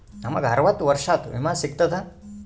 ನಮ್ ಗ ಅರವತ್ತ ವರ್ಷಾತು ವಿಮಾ ಸಿಗ್ತದಾ?